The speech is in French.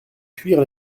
fuir